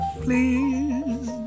please